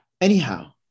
anyhow